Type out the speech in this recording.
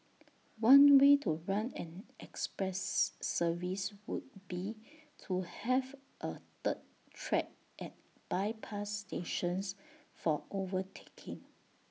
one way to run an express service would be to have A third track at bypass stations for overtaking